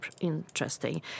interesting